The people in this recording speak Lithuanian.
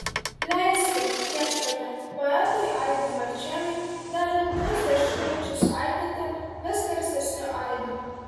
leiski viešpatie poetui aidui marčėnui dar ilgus dešimtmečius aidėti vis garsesniu aidu